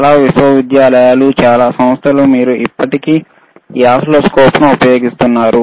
చాలా విశ్వవిద్యాలయాలు చాలా సంస్థలు వారు ఇప్పటికీ ఈ ఓసిల్లోస్కోప్ను ఉపయోగిస్తున్నారు